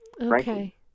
Okay